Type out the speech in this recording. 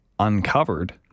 uncovered